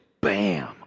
bam